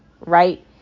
right